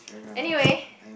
anyway